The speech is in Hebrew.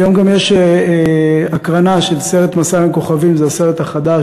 היום יש גם הקרנה של הסרט "מסע בין כוכבים" זה הסרט החדש,